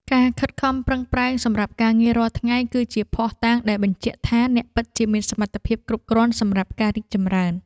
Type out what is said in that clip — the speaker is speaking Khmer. ការខិតខំប្រឹងប្រែងសម្រាប់ការងាររាល់ថ្ងៃគឺជាភស្តុតាងដែលបញ្ជាក់ថាអ្នកពិតជាមានសមត្ថភាពគ្រប់គ្រាន់សម្រាប់ការរីកចម្រើន។